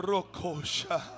Rokosha